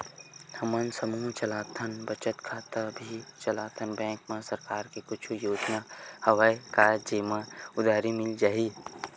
हमन समूह चलाथन बचत खाता भी चलाथन बैंक मा सरकार के कुछ योजना हवय का जेमा उधारी मिल जाय?